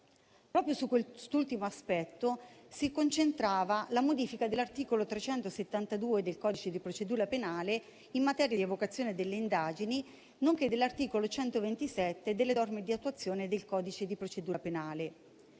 Proprio su quest'ultimo aspetto si concentrava la modifica dell'articolo 372 del codice di procedura penale in materia di evocazione delle indagini, nonché dell'articolo 127 delle norme di attuazione del codice di procedura penale.